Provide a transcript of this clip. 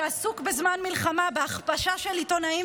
שעסוק בזמן מלחמה בהכפשה של עיתונאים